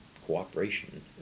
cooperation